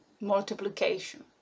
multiplication